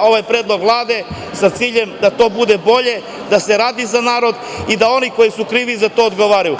ovaj predlog Vlade sa ciljem da to bude bolje, da se radi za narod i da oni koji su krivi za to odgovaraju.